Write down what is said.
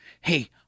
Hey